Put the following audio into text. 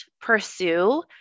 pursue